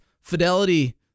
Fidelity